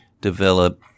develop